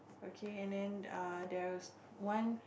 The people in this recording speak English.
okay and then err there's one